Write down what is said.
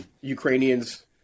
Ukrainians